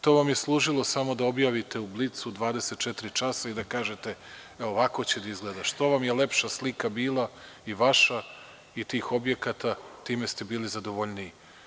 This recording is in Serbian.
To vam je služilo samo da objavite u „Blicu“, „24 časa“ i da kažete, e ovako će da izgleda, što vam je lepša slika bila i vaša i tih objekata time ste bili zadovoljniji.